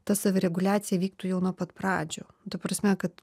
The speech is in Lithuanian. ta savireguliacija vyktų jau nuo pat pradžių ta prasme kad